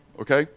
Okay